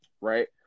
Right